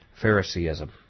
Phariseeism